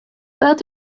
that